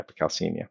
hypercalcemia